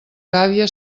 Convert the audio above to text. gàbia